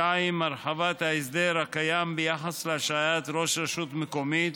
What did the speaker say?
2. הרחבת ההסדר הקיים ביחס להשעיית ראש רשות מקומית